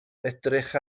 edrych